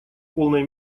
полной